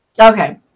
Okay